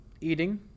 Eating